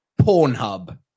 Pornhub